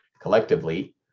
collectively